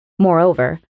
Moreover